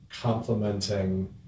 complementing